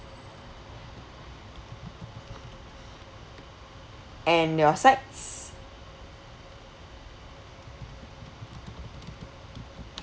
and your sides